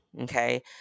okay